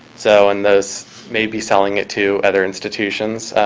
so in this may be selling it to other institutions,